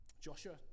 Joshua